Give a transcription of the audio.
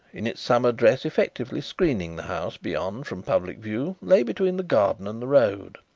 in its summer dress effectively screening the house beyond from public view, lay between the garden and the road.